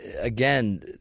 again